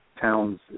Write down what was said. towns